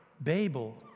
Babel